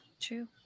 True